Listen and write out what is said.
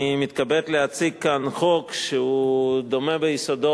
אני מתכבד להציג כאן חוק שהוא דומה ביסודו